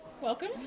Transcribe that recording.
Welcome